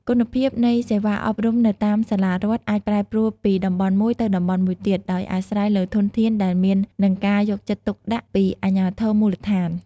គុណភាពនៃសេវាអប់រំនៅតាមសាលារដ្ឋអាចប្រែប្រួលពីតំបន់មួយទៅតំបន់មួយទៀត ដោយអាស្រ័យលើធនធានដែលមាន និងការយកចិត្តទុកដាក់ពីអាជ្ញាធរមូលដ្ឋាន។